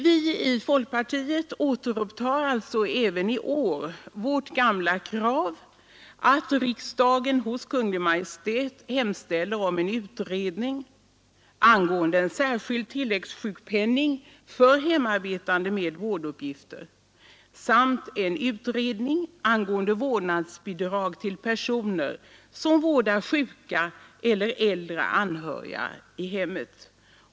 Vi i folkpartiet upprepar alltså i år vårt gamla krav att riksdagen hos Kungl. Maj:t skall hemställa om en utredning angående en särskild tilläggssjukpenning för hemarbetande med vårduppgifter samt om en utredning angående vårdnadsbidrag till personer som vårdar sjuka eller äldre anhöriga i hemmet.